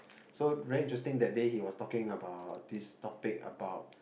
so very interesting that day he was talking about this topic about